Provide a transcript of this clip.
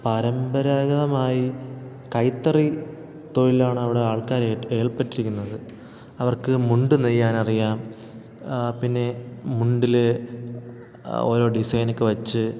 പരമ്പരാഗതമായി കൈത്തറി തൊഴിലാണ് അവിടെ ആൾക്കാർ ഏർപ്പെട്ടിരിക്കുന്നത് അവർക്ക് മുണ്ട് നെയ്യാൻ അറിയാം പിന്നെ മുണ്ടിൽ ഓരോ ഡിസൈൻ ഒക്കെ വച്ച്